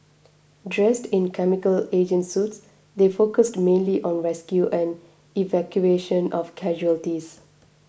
dressed in chemical agent suits they focused mainly on rescue and evacuation of casualties